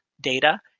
data